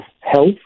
health